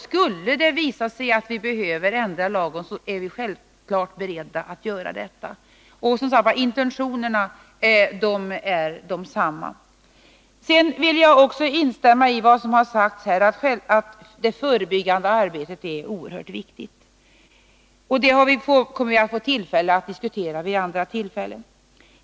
Skulle det visa sig att vi behöver ändra lagen är vi självfallet beredda att göra det. Intentionerna är som sagt desamma. Jag vill instämma i vad som har sagts om att det förebyggande arbetet är oerhört viktigt. Det kommer vi att få möjlighet att diskutera vid andra tillfällen.